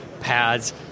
pads